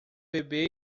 bebê